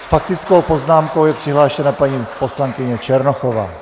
S faktickou poznámkou je přihlášena paní poslankyně Černochová.